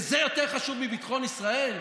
וזה יותר חשוב מביטחון ישראל?